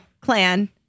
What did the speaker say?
clan